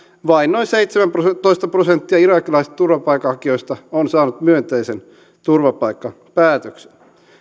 vain noin seitsemäntoista prosenttia irakilaisista turvapaikanhakijoista on saanut myönteisen turvapaikkapäätöksen